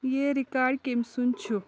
یہِ رِکارڈ کٔمۍ سُند چھُ